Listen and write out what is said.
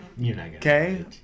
okay